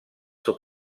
suo